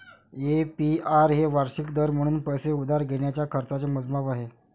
APR हे वार्षिक दर म्हणून पैसे उधार घेण्याच्या खर्चाचे मोजमाप आहे